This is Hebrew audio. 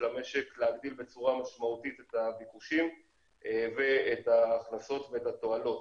למשק להגדיל בצורה משמעותית את הביקושים ואת ההכנסות ואת התועלות.